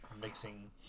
Mixing